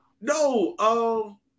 No